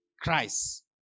Christ